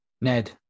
Ned